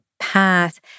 path